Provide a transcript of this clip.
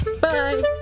Bye